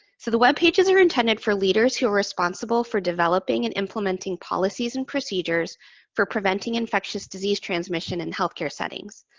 so, the webpages are intended for leaders who are responsible for developing and implementing policies and procedures for preventing infectious disease transmission in healthcare settings.